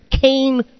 came